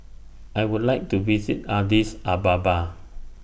I Would like to visit Addis Ababa